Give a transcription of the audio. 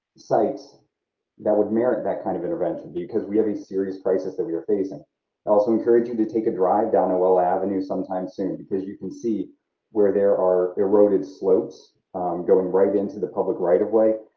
sites that would merit that kind of intervention because we have a serious crisis that we are facing. i also encourage you to take a drive down oella avenue sometime soon because you can see where there are eroded slopes going right into the public right of away,